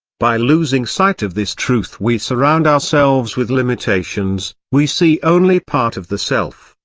by losing sight of this truth we surround ourselves with limitations we see only part of the self,